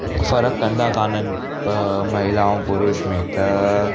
फ़र्क़ु कंदा कान्हनि महिलाउनि पुरुष में त